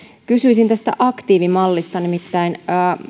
kysyisin tästä aktiivimallista nimittäin